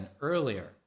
earlier